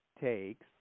takes –